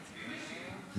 מי משיב?